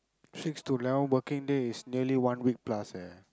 six to eleven working day is nearly one week plus eh